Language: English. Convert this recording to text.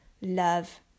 love